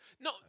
No